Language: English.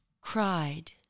cried